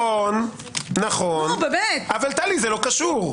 נכון, אבל זה לא קשור.